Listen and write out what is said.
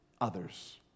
others